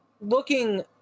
looking